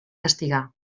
castigar